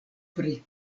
pri